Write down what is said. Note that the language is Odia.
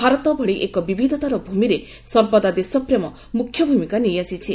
ଭାରତ ଭଳି ଏକ ବିବିଧତାର ଭୂମିରେ ସର୍ବଦା ଦେଶପ୍ରେମ ମୁଖ୍ୟ ଭୂମିକା ନେଇଆସିଛି